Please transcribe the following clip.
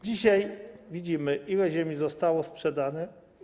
Dzisiaj widzimy, ile ziemi zostało sprzedane.